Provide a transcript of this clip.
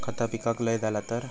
खता पिकाक लय झाला तर?